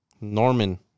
Norman